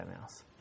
Mouse